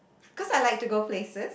cause I like to go places